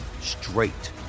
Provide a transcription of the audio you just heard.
straight